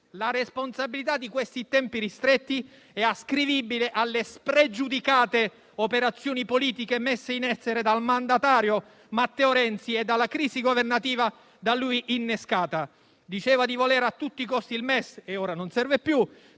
La responsabilità di questi tempi ristretti è ascrivibile alle spregiudicate operazioni politiche messe in essere dal mandatario Matteo Renzi e dalla crisi governativa da lui innescata. Diceva di voler a tutti i costi il MES e ora non serve più;